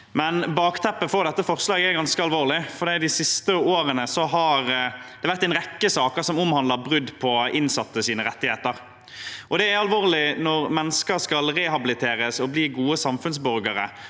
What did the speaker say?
få. Bakteppet for dette forslaget er ganske alvorlig. De siste årene har det vært en rekke saker som omhandler brudd på innsattes rettigheter. Det er alvorlig når mennesker som skal rehabiliteres og bli gode samfunnsborgere